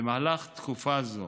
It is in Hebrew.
במהלך תקופה זו,